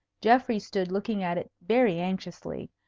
geoffrey stood looking at it very anxiously,